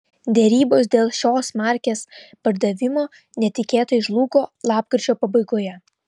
derybos dėl šios markės pardavimo netikėtai žlugo lapkričio pabaigoje